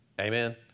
Amen